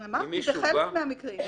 אמרתי שבחלק מהמקרים.